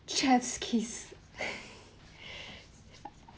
chef's kiss